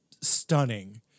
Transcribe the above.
stunning